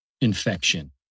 infection